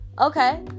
Okay